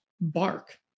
bark